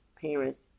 parents